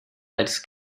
als